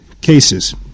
cases